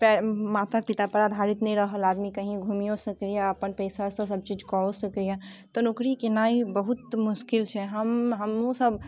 पैर माता पिता पर आधारित नहि रहल आदमी कही घुमियो सकैया अपन पैसा सँ सभचीज कऽओ सकैया तऽ नौकरी केनाइ बहुत मुश्किल छै हम हमहुँ सभ